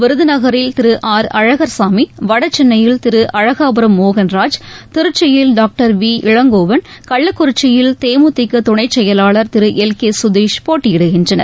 விருதநகரில் Thiru R Alagarsamy வடசென்னையில் திரு அழகாபுரம் மோகன்ராஜ் திருச்சியில் doctor V Elangovan கள்ளக்குறிச்சியில் தேமுதிக துணை செயலாளர் திரு எல் கே சுதீஷ் போட்டியிடுகின்றனர்